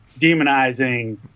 demonizing